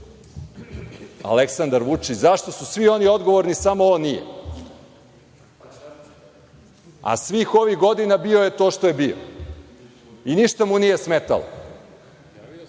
Aleksandar Vučić? Zašto su svi oni odgovorni, samo on nije? A, svih ovih godina bio je to što je bio i ništa mu nije smetalo. Znači,